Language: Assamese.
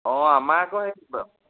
অঁ আমাৰ আকৌ সেই ব